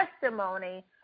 testimony